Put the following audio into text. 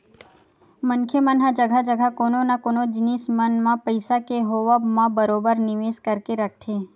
मनखे मन ह जघा जघा कोनो न कोनो जिनिस मन म पइसा के होवब म बरोबर निवेस करके रखथे